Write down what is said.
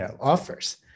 offers